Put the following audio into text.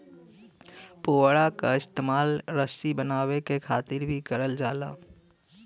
पुवरा क इस्तेमाल रसरी बनावे क खातिर भी करल जाला